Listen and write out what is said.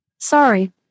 Sorry